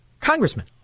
congressman